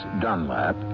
Dunlap